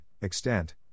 extent